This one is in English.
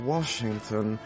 Washington